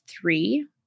three